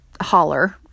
holler